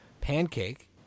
pancake